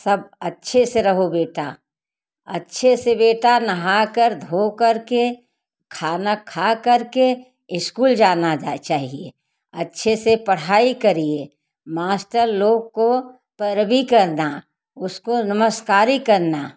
सब अच्छे से रहो बेटा अच्छे से बेटा नहाकर धोकर के खाना खाकर के इस्कूल जाना चाहिए अच्छे से पढ़ाई करिए मास्टर लोग को परवी करना उसको नमस्कारी करना